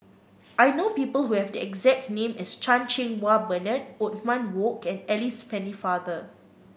I know people who have the exact name as Chan Cheng Wah Bernard Othman Wok and Alice Pennefather